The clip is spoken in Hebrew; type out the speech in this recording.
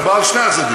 זה בא על שני הצדדים.